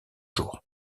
jours